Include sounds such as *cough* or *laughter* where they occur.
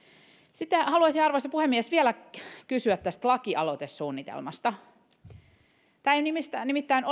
sitten haluaisin arvoisa puhemies vielä kysyä tästä lakialoitesuunnitelmasta tämä ei nimittäin *unintelligible*